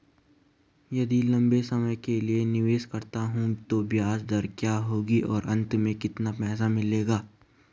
यदि लंबे समय के लिए निवेश करता हूँ तो ब्याज दर क्या होगी और अंत में कितना पैसा मिलेगा?